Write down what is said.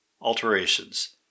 alterations